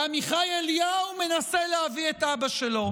ועמיחי אליהו מנסה להביא את אבא שלו.